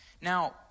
Now